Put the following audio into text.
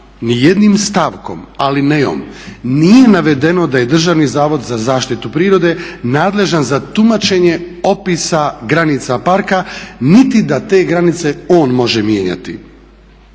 ni jednim stavkom, alinejom nije navedeno da je Državni zavod za zaštitu prirode nadležan za tumačenje opisa granica parka, niti da te granice on može mijenjati.